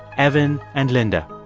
evan and linda.